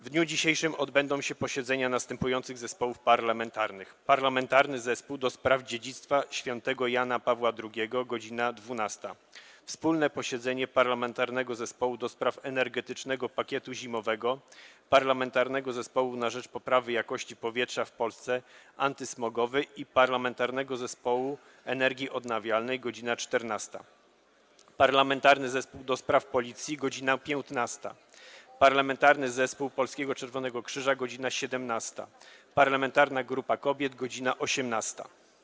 W dniu dzisiejszym odbędą się posiedzenia następujących zespołów parlamentarnych: - Parlamentarnego Zespołu ds. Dziedzictwa Świętego Jana Pawła II - godz. 12, - wspólne posiedzenie Parlamentarnego Zespołu ds. Energetycznego Pakietu Zimowego, Parlamentarnego Zespołu na rzecz poprawy jakości powietrza w Polsce „Antysmogowy” i Parlamentarnego Zespołu Energii Odnawialnej - godz. 14, - Parlamentarnego Zespołu ds. Policji - godz. 15, - Parlamentarnego Zespołu Polskiego Czerwonego Krzyża - godz. 17, - Parlamentarnej Grupy Kobiet - godz. 18.